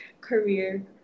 career